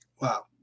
Wow